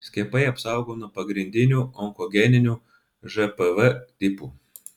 skiepai apsaugo nuo pagrindinių onkogeninių žpv tipų